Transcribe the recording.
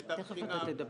רן, תכף אתה תדבר.